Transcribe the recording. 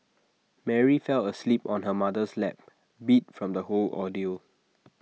Mary fell asleep on her mother's lap beat from the whole ordeal